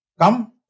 come